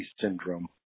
syndrome